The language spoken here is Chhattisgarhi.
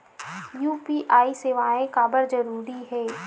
यू.पी.आई सेवाएं काबर जरूरी हे?